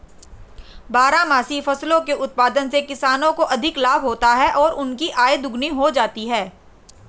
बारहमासी फसलों के उत्पादन से किसानों को अधिक लाभ होता है और उनकी आय दोगुनी हो जाती है